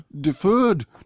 Deferred